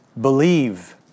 believe